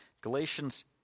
Galatians